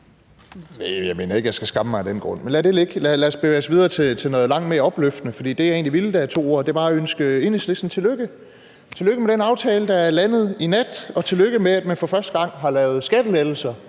Jeg mener ikke, at jeg skal skamme mig af den grund. Men lad det ligge. Lad os bevæge os til noget langt mere opløftende, for det, jeg egentlig ville, der jeg tog ordet, var at ønske Enhedslisten tillykke med den aftale, der er landet i nat; og tillykke med, at man for første gang har lavet skattelettelser